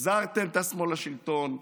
החזרתם את השמאל לשלטון,